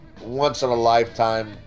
once-in-a-lifetime